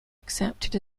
accepted